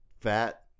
fat